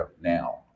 now